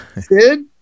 Sid